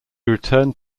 returned